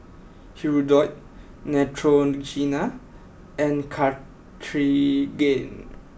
Hirudoid Neutrogena and Cartigain